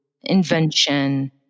invention